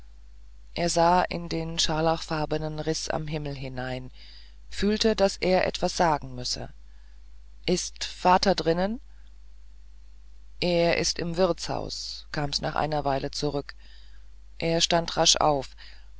er sah in den scharlachfarbenen riß am himmel hinein fühlte daß er irgend etwas sagen müsse ist der vater drinnen er ist im wirtshaus kam's nach einer weile zurück er stand rasch auf